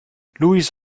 luis